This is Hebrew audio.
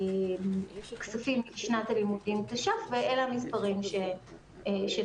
החזר כספים לשנת הלימודים תש"ף ואלה המספרים שנתתי.